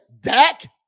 Dak